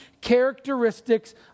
characteristics